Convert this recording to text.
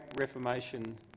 Reformation